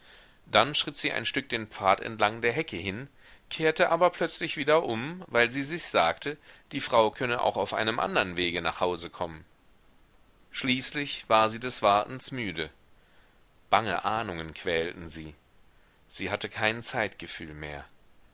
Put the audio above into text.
dann schritt sie ein stück den pfad entlang der hecke hin kehrte aber plötzlich wieder um weil sie sich sagte die frau könne auch auf einem andern wege nach hause kommen schließlich war sie des wartens müde bange ahnungen quälten sie sie hatte kein zeitgefühl mehr